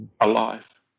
Alive